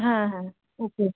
হ্যাঁ হ্যাঁ ওকে